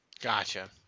Gotcha